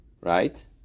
Right